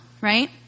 right